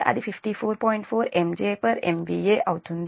4 MJ MVA అవుతుంది